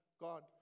God